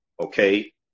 okay